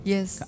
Yes